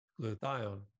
glutathione